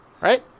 right